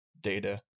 data